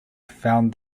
found